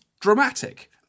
dramatic